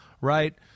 right